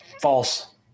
False